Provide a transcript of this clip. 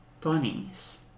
bunnies